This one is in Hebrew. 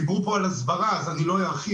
דיברו פה על הסברה אז אני לא ארחיב,